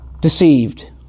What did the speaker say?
deceived